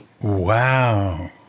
Wow